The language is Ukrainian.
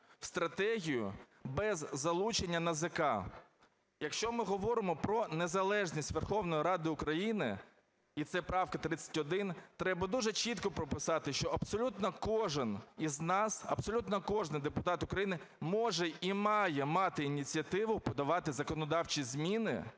в стратегію без залучення НАЗК. Якщо ми говоримо про незалежність Верховної Ради України, і це правка 31, треба дуже чітко прописати, що абсолютно кожен із нас, абсолютно кожен депутат України може і має мати ініціативу подавати законодавчі зміни